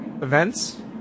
events